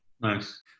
Nice